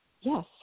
yes